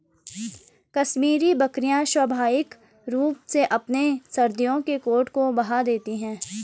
कश्मीरी बकरियां स्वाभाविक रूप से अपने सर्दियों के कोट को बहा देती है